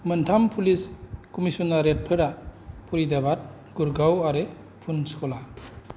मोनथाम पुलिस कमिसनारेतफोरा फरीदाबाद गुड़गाव आरो पुनचला